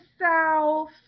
south